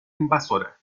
invasora